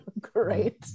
Great